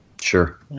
Sure